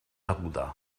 aguda